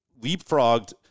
leapfrogged